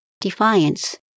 defiance